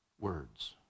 words